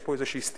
יש פה איזו סתירה.